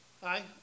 Hi